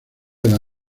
edad